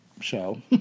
show